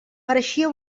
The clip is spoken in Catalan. pareixia